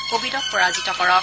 কোৱিডক পৰাজিত কৰক